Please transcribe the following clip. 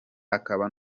akaba